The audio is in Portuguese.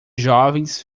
jovens